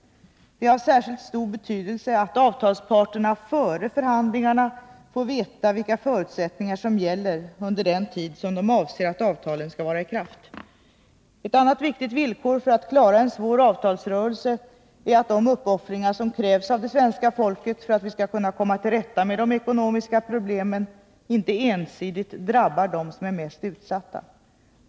Det är av särskilt stor betydelse att avtalsparterna före förhandlingarna får veta vilka förutsättningar som gäller under den tid som de avser att avtalen skall vara i kraft. Ett annat viktigt villkor för att klara en svår avtalsrörelse är att de uppoffringar som krävs av det svenska folket för att vi skall kunna komma till rätta med de ekonomiska problemen inte ensidigt drabbar dem som är mest utsatta.